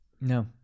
no